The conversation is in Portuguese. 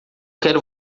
quero